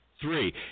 three